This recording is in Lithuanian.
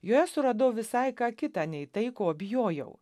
joje suradau visai ką kita nei tai ko bijojau